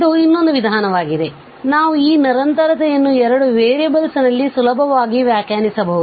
ಇದು ಇನ್ನೊಂದು ವಿಧಾನವಾಗಿದೆ ನಾವು ಈ ನಿರಂತರತೆಯನ್ನು 2 ವೇರಿಯಬಲ್ಸ್ನಲ್ಲಿ ಸುಲಭವಾಗಿ ವ್ಯಾಖ್ಯಾನಿಸಬಹುದು